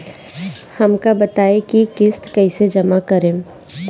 हम का बताई की किस्त कईसे जमा करेम?